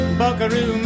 buckaroo